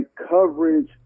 coverage